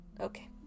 Okay